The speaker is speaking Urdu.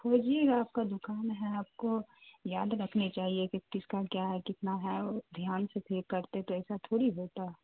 کھوجیے نا آپ کا دوکان ہے آپ کو یاد رکھنی چاہیے کہ کس کا کیا ہے کتنا ہے وہ دھیان سے پیک کرتے تو ایسا تھوڑی ہوتا ہے